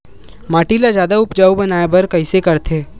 माटी ला जादा उपजाऊ बनाय बर कइसे करथे?